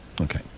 Okay